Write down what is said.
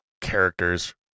characters